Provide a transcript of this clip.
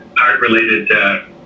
heart-related